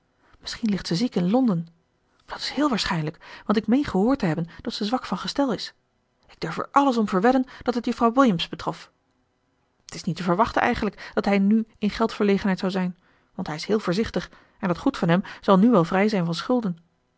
misschien ligt ze ziek in londen dat is héél waarschijnlijk want ik meen gehoord te hebben dat ze zwak van gestel is ik durf er alles om verwedden dat het juffrouw williams betrof t is niet te verwachten eigenlijk dat hij nu in geldverlegenheid zou zijn want hij is heel voorzichtig en dat goed van hem zal nu wel vrij zijn van schulden